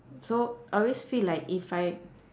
so I always feel like if I